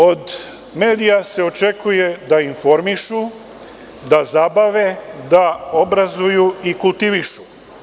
Od medija se očekuje da informišu, da zabave, da obrazuju i kultivišu.